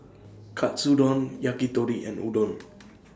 Katsudon Yakitori and Udon